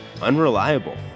unreliable